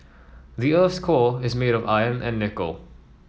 the earth's core is made of iron and nickel